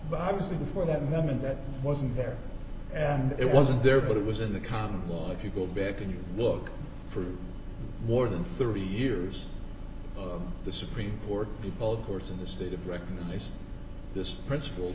obviously before that moment that wasn't there and it wasn't there but it was in the common law if you go back and look for more than thirty years the supreme court people of course in the state of recognize this principle